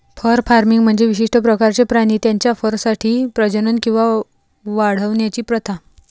fur farming म्हणजे विशिष्ट प्रकारचे प्राणी त्यांच्या फरसाठी प्रजनन किंवा वाढवण्याची प्रथा